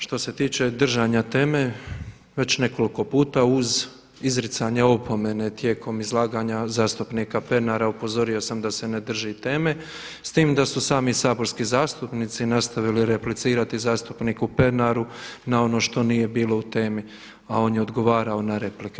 Što se tiče držanja teme, već nekoliko puta uz izricanje opomene tijekom izlaganja zastupnika Pernara upozorio sam da se ne drži teme, s tim da su saborski zastupnici nastavili replicirati zastupniku Pernaru na ono što nije bilo u temi, a on je odgovarao na replike.